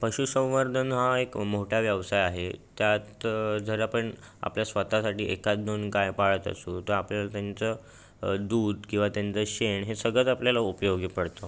पशुसंवर्धन हा एक मोठा व्यवसाय आहे त्यात त जर आपण आपल्या स्वतःसाठी एखाद दोन गाय पाळत असू तर आपल्याला त्यांचं दूध किंवा त्यांचं शेण हे सगळंच आपल्याला उपयोगी पडतो